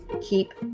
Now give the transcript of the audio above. keep